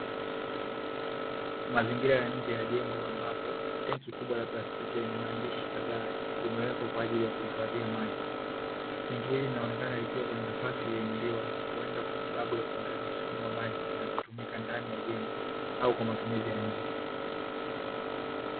Mazingira ya nje ya jengo ambapo tenki kubwa la plastiki lenye maandishi kadhaa, limewekwa kwa ajili ya kuhifadhia maji. Tenki hili linaonekana likiwa kwenye nafasi iliyoinuliwa, huenda kwa sababu ya kuongeza msukumo wa maji yanapotumika ndani ya jengo au kwa matumizi ya nje.